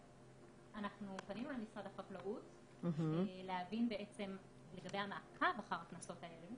אנחנו פנינו למשרד החקלאות להבין לגבי המעקב אחר הקנסות האלה